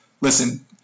listen